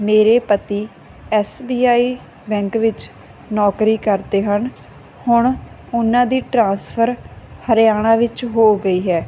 ਮੇਰੇ ਪਤੀ S B I bank ਵਿੱਚ ਨੌਕਰੀ ਕਰਦੇ ਹਨ ਹੁਣ ਉਹਨਾਂ ਦੀ ਟਰਾਂਸਫਰ ਹਰਿਆਣਾ ਵਿੱਚ ਹੋ ਗਈ ਹੈ